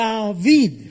David